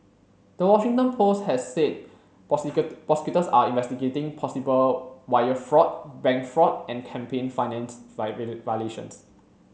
the Washington Post has said prosecutors are investigating possible wire fraud bank fraud and campaign finance violations